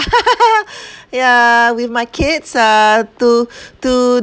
yeah with my kids uh to to